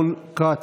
רון כץ,